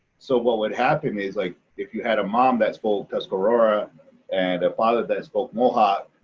so what would happen is like if you had a mom that spoke tuscarora and a father that spoke mohawk,